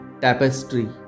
tapestry